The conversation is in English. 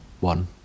one